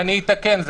אני אתקן.